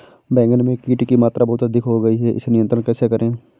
बैगन में कीट की मात्रा बहुत अधिक हो गई है इसे नियंत्रण कैसे करें?